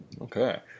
okay